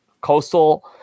Coastal